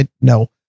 no